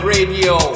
Radio